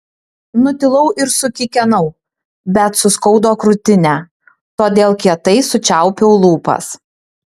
nutilau ir sukikenau bet suskaudo krūtinę todėl kietai sučiaupiau lūpas